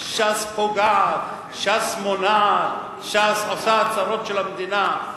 ש"ס פוגעת, ש"ס מונעת, ש"ס עושה הצרות של המדינה,